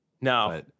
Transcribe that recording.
No